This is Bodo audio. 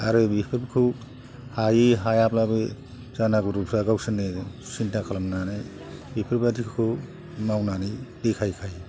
आरो बेफोरखौ हायो हायाब्लाबो जानागुरुफ्रा गावसोरनो सिन्था खालामनानै बेफोरबायदिखौ मावनानै देखायखायो